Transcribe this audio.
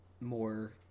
more